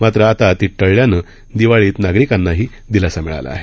मात्र आता ता टळल्यानं दिवाळीत नागरिकांनाही दिलासा मिळाला आहे